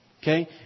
Okay